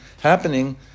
happening